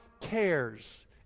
cares